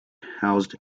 housed